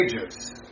ages